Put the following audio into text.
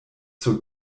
zur